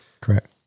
Correct